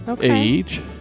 Age